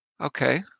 Okay